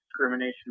discrimination